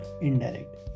indirect